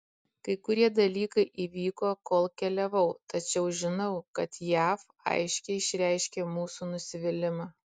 kai kurie dalykai įvyko kol keliavau tačiau žinau kad jav aiškiai išreiškė mūsų nusivylimą